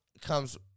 comes